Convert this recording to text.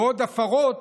ועוד הפרות